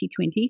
2020